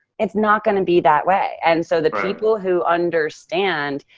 it's not gonna be that way. and so the people who understand,